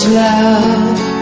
love